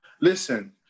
listen